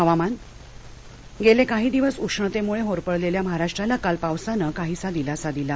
हवामान गेले काही दिवस उष्णतेमुळे होरपळलेल्या महाराष्ट्राला काल पावसानं काहीसा दिलासा दिला